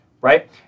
Right